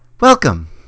welcome